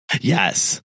Yes